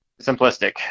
simplistic